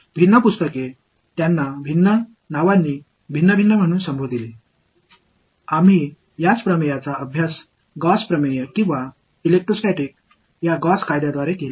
அவை வெவ்வேறு புத்தகங்கள் வெவ்வேறு பெயர்களால் குறிப்பிடுகின்றன அதே தேற்றத்தை காஸ் தியறம் அல்லது மின்னியலில் காஸ் லா என்று அழைக்கப்படுவதை படித்துள்ளோம்